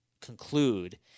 conclude